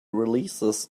releases